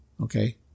Okay